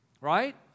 right